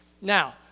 Now